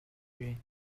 rain